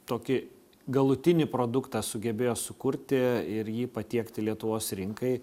tokį galutinį produktą sugebėjo sukurti ir jį patiekti lietuvos rinkai